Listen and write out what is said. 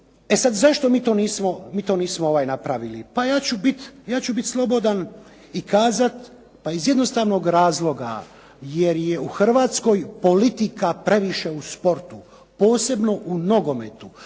zašto mi to nismo napravili? Pa ja ću biti slobodan i kazati pa iz jednostavnog razloga jer je u Hrvatskoj politika previše u sportu, posebno u nogometu,